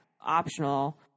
optional